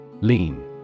Lean